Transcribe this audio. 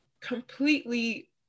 completely